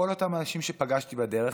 כל האנשים שפגשתי בדרך,